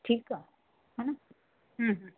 ठीकु आहे हान हम्म हम्म